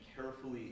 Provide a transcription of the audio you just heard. carefully